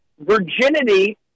virginity